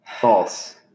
False